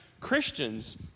Christians